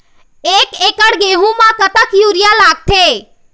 एक एकड़ गेहूं म कतक यूरिया लागथे?